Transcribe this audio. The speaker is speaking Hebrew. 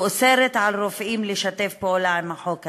והיא אוסרת על רופאים לשתף פעולה עם החוק הזה.